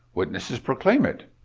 witnesses proclaim it!